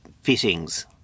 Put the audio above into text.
fittings